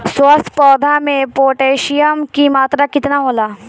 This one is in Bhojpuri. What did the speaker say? स्वस्थ पौधा मे पोटासियम कि मात्रा कितना होला?